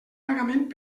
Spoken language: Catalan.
pagament